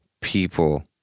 people